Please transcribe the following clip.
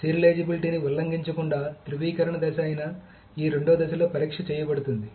సీరియలైజేబిలిటీని ఉల్లంఘించకుండా ధృవీకరణ దశ అయిన ఈ రెండవ దశలో పరీక్ష చేయబడుతోంది